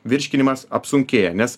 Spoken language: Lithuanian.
virškinimas apsunkėja nes